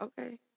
okay